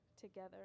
together